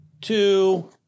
two